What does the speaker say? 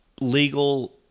legal